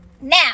Now